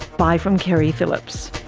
bye from keri phillips